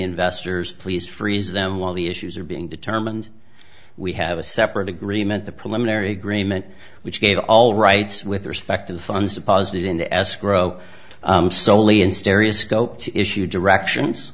investors please freeze them while the issues are being determined we have a separate agreement the preliminary agreement which gave all rights with respect to the funds deposited into escrow solely in stereoscope issued directions